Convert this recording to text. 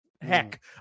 heck